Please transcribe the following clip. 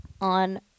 on